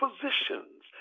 positions